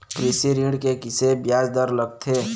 कृषि ऋण के किसे ब्याज दर लगथे?